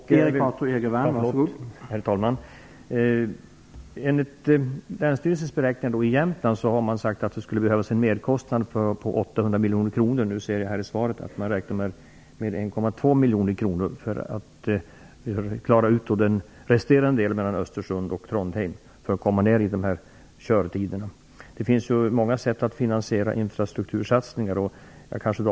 Herr talman! Tack, det var trevligt att höra. Länsstyrelsen i Jämtland har man sagt att det blir en merkostnad på 800 miljoner kronor. Av svaret framgår att man räknar med att det krävs 1,2 miljoner kronor för att klara ut den resterande delen av banan mellan Östersund och Trondheim och komma ner i de här körtiderna. Det finns många sätt att finansiera infrastruktursatsningar.